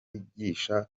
yigisha